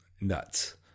nuts